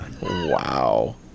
Wow